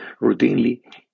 routinely